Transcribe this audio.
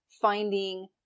finding